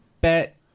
bet